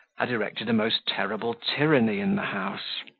had erected a most terrible tyranny in the house.